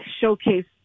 showcase